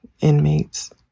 inmates